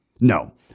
No